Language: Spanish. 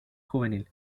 juvenil